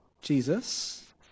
Jesus